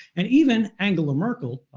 and even angela merkel,